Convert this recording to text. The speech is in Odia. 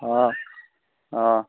ହଁ ହଁ